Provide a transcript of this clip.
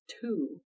two